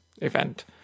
event